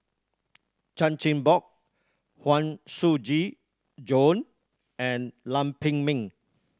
Chan Chin Bock Huang Shiqi Joan and Lam Pin Min